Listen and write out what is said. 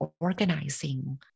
organizing